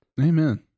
Amen